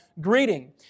greeting